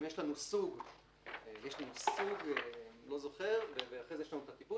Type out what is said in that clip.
יש לנו סוג מסוים ואחרי זה יש לנו את הטיפוס,